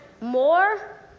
more